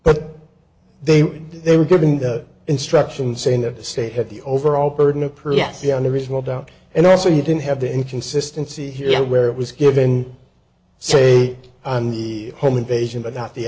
but they were they were given the instruction saying that the state had the overall burden of per se on a reasonable doubt and also you didn't have the inconsistency here where it was given so on the home invasion but not the